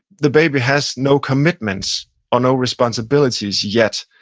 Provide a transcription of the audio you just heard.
the baby has no commitments or no responsibilities yet,